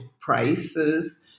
prices